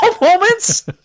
moments